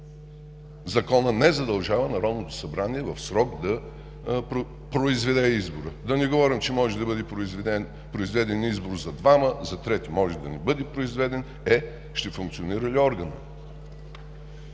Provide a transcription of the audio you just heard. Законът не задължава Народното събрание в срок да произведе избора. Да не говорим, че може да бъде произведен избор за двама, за трети може да не бъде произведен. Е, ще функционира ли органът?